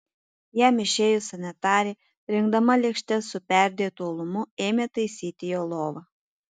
jam išėjus sanitarė rinkdama lėkštes su perdėtu uolumu ėmė taisyti jo lovą